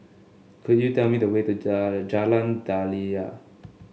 could you tell me the way to Jalan Daliah